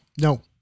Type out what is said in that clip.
No